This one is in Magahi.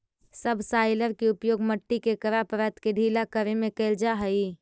सबसॉइलर के उपयोग मट्टी के कड़ा परत के ढीला करे में कैल जा हई